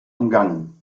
umgangen